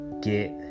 get